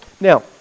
Now